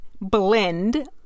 blend